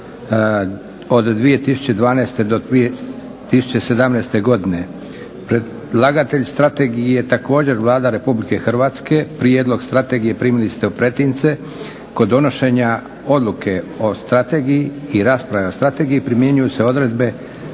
od 2012. do 2017. godine Predlagatelj Strategije je također Vlada Republike Hrvatske. Prijedlog strategiji primili ste u pretince. Kod donošenja Odluke o strategiji i raspravi o strategiji primjenjuju se odredbe za